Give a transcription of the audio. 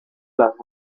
las